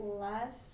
last